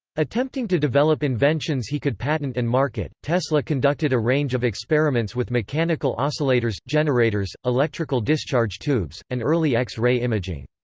attempting to develop inventions he could patent and market, tesla conducted a range of experiments with mechanical oscillators generators, electrical discharge tubes, and early x-ray imaging.